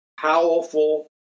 powerful